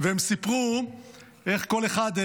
הם סיפרו איך כל אחד,